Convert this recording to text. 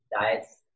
Diets